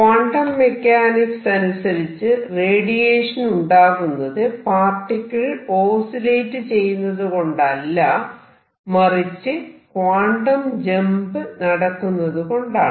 quantum mechanics അനുസരിച്ച് radiation ഉണ്ടാകുന്നത് particle oscillate ചെയ്യുന്നതുകൊണ്ടല്ല മറിച്ച് ക്വാണ്ടം ജമ്പ് നടക്കുന്നതുകൊണ്ടാണ്